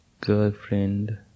girlfriend